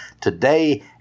Today